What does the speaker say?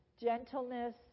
gentleness